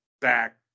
back